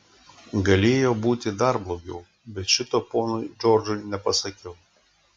galėjo būti dar blogiau bet šito ponui džordžui nepasakiau